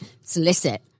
solicit